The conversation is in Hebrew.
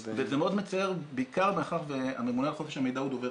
וזה מאוד מצער בעיקר מאחר שהממונה על חופש המידע הוא דובר